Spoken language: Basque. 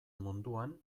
munduan